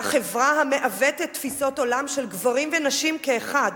הינה חברה המעוותת תפיסות עולם של גברים ונשים כאחד,